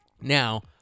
Now